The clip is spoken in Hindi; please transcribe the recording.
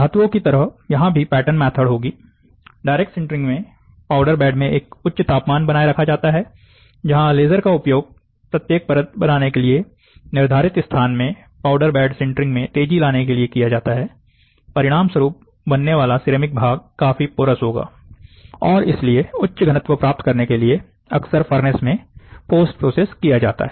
धातुओं की तरह यहां भी पैटर्न मेथड होगी डायरेक्ट सिंटरिग में पाउडर बेड में एक उच्च तापमान बनाए रखा जाता है जहां लेजर का उपयोग प्रत्येक परत बनाने के लिए निर्धारित स्थान में पाउडर बेड की सिंटरिग में तेजी लाने के लिए किया जाता है परिणाम स्वरूप बनने वाला सिरेमिक भाग काफी पोरस होगा और इसलिए उच्च घनत्व प्राप्त करने के लिए अक्सर फर्नेस में पोस्ट प्रोसेस किया जाता है